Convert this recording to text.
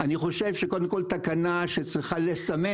אני חושב שקודם כל תקנה שצריכה לסמן